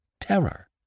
terror